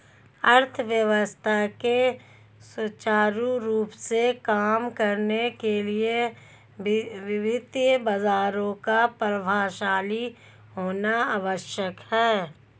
अर्थव्यवस्था के सुचारू रूप से काम करने के लिए वित्तीय बाजारों का प्रभावशाली होना आवश्यक है